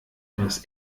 das